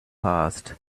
passed